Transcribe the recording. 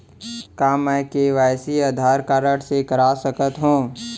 का मैं KYC Aadhaar card से कर सकत हो?